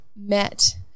met